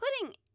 putting